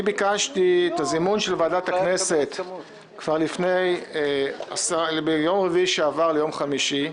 אני ביקשתי את הזימון של ועדת הכנסת כבר ביום רביעי שעבר ליום חמישי.